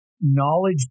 knowledge